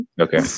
Okay